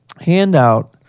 handout